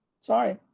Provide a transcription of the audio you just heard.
Sorry